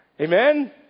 Amen